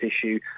issue